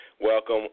welcome